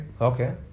Okay